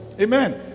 Amen